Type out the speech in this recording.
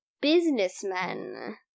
businessmen